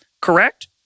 Correct